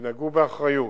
תנהגו באחריות.